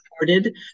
supported